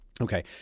Okay